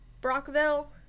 Brockville